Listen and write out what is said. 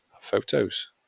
photos